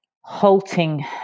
halting